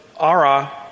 Ara